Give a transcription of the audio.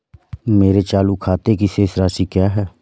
मेरे चालू खाते की शेष राशि क्या है?